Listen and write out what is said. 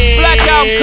blackout